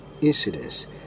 incidents